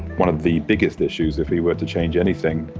one of the biggest issues if we were to change anything,